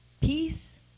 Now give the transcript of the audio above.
Peace